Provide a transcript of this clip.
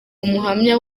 umuhamya